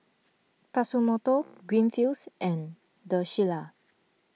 Tatsumoto Greenfields and the Shilla